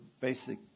basic